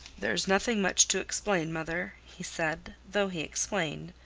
there's nothing much to explain, mother, he said though he explained,